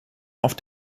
auf